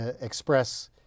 express